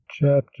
chapter